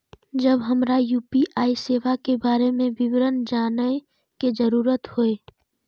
जब हमरा यू.पी.आई सेवा के बारे में विवरण जानय के जरुरत होय?